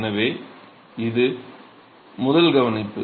எனவே அதுவே முதல் கவனிப்பு